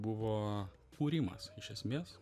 buvo kūrimas iš esmės